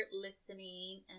listening